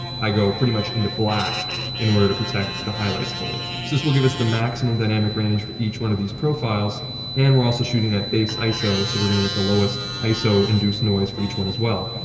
i go pretty much into black in order to protect the highlights fully. so, this would give us the maximum dynamic range for each one of these profiles and we're also shooting at base iso, so we're gonna get the lowest iso induced noise for each one as well.